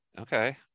okay